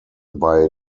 bei